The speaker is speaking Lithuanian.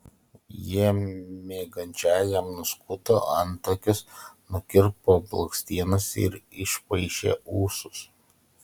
jie miegančiajam nuskuto antakius nukirpo blakstienas ir išpaišė ūsus